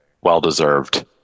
Well-deserved